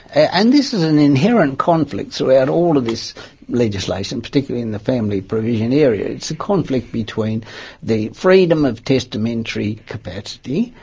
and this is an inherent conflict so throughout all of this legislation, particularly in the family provision area, it's a conflict between the freedom of testamentary capacity,